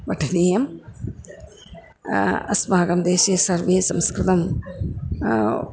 पठनीयम् अस्माकं देशे सर्वे संस्कृतं